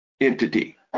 entity